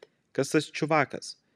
kas tas čiuvakas